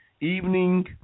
evening